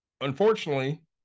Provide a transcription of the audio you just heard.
unfortunately